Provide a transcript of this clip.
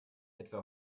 etwa